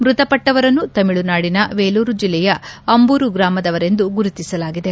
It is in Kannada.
ಮೃತಪಟ್ಟವರನ್ನು ತಮಿಳುನಾಡಿನ ವೇಲೂರು ಜಿಲ್ಲೆಯ ಅಂಬೂರು ಗ್ರಾಮದವರೆಂದು ಗುರುತಿಸಲಾಗಿದೆ